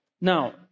Now